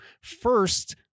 First